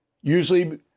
usually